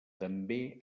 també